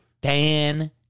Dan